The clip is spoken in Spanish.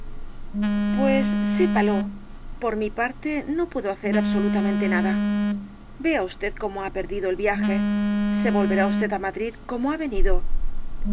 pues sépalo por mi parte no puedo hacer absolutamente nada vea usted cómo ha perdido el viaje se volverá usted á madrid como ha venido